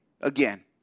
again